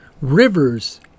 rivers